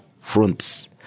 fronts